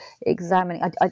examining